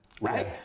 right